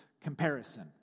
comparison